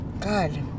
God